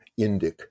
Indic